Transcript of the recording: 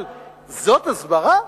אבל זו הסברה?